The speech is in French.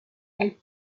elle